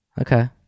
Okay